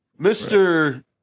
Mr